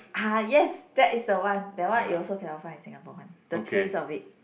ah yes that is the one that one you also cannot find in Singapore one the taste of it